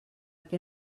què